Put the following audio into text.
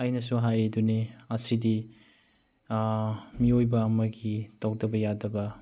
ꯑꯩꯅꯁꯨ ꯍꯥꯏꯔꯤꯗꯨꯅꯤ ꯑꯁꯤꯗꯤ ꯃꯤꯑꯣꯏꯕ ꯑꯃꯒꯤ ꯇꯧꯗꯕ ꯌꯥꯗꯕ